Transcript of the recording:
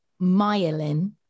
myelin